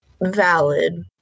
valid